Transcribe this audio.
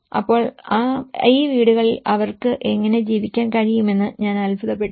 അപ്പോൾ ഈ വീടുകളിൽ അവർക്ക് എങ്ങനെ ജീവിക്കാൻ കഴിയുമെന്ന് ഞാൻ അത്ഭുതപ്പെട്ടു